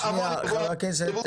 זה שוק פתוח ליבוא חופשי לחלוטין.